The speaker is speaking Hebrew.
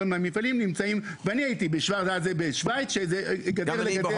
מהמפעלים נמצאים ואני הייתי בשוויץ שזה גדר לגדר.